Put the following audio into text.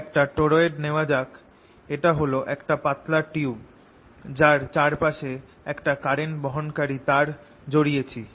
একটা টরয়েড নেওয়া যাক এটা হল একটা পাতলা টিউব যার চারপাশে আমরা একটা কারেন্ট বহনকারী তার জড়িয়েছি